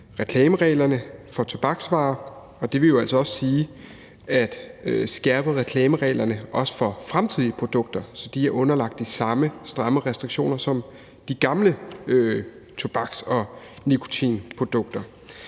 reklamereglerne for tobaksvarer, og det vil jo sige, at vi også skærpede reklamereglerne for fremtidige produkter, så de er underlagt de samme stramme restriktioner som de gamle tobaks- og nikotinprodukter.